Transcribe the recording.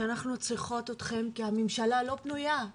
שאנחנו צריכות אתכם, כי הממשלה לא פנויה,